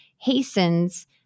hastens